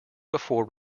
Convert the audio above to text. before